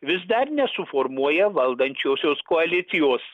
vis dar nesuformuoja valdančiosios koalicijos